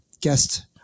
guest